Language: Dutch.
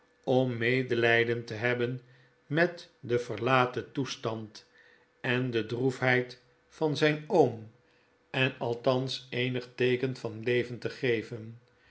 om medeiyden te hebben met den verlaten toestand en de droefheid van zfln oom en althans eenig teeken van leven te geven